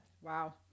wow